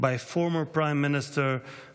by former Prime Minister,